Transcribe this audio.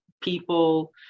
people